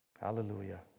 Hallelujah